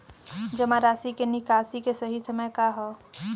जमा राशि क निकासी के सही समय का ह?